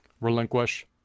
relinquish